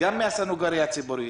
גם מהסנגוריה הציבורית,